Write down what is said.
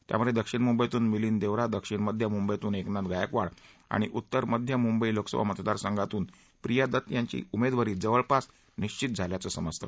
त्यामध्ये दक्षिण मुंबईतून मिलिंद देवरा दक्षिण मध्य मुंबईतून एकनाथ गायकवाड आणि उत्तर मध्य मुंबई लोकसभा मतदार संघातून प्रिया दत्त यांची उमेदवारी जवळजवळ निश्चित झाल्याचे समजते